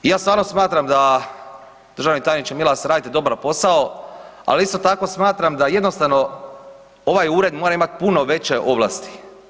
Ja stvarno smatram da, državni tajniče Milas, radite dobar posao, ali isto tako smatram da jednostavno ovaj Ured mora imati puno veće ovlasti.